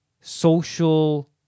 social